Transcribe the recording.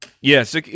Yes